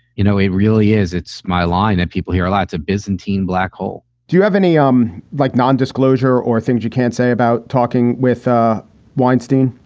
you know, it really is. it's my line that people here are lots of byzantine blackhole do you have any um like nondisclosure or things you can't say about talking with ah weinstein?